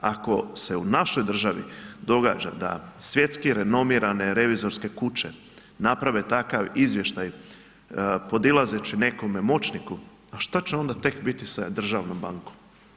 Ako se u našoj državi događa sa svjetski renomirane revizorske kuće naprave takav izvještaj podilazeći nekome moćniku, a šta će onda tek biti sa državnom bankom.